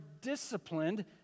disciplined